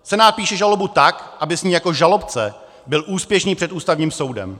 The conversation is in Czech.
Senát píše žalobu tak, aby s ní jako žalobce byl úspěšný před Ústavním soudem.